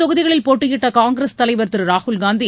தொகுதிகளில் போட்டயிட்ட காங்கிரஸ் இரண்டு தலைர் திரு ராகுல்காந்தி